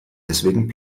deswegen